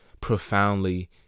profoundly